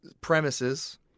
premises